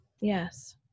Yes